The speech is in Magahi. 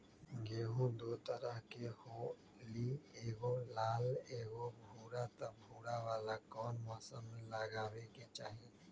गेंहू दो तरह के होअ ली एगो लाल एगो भूरा त भूरा वाला कौन मौसम मे लगाबे के चाहि?